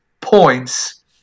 points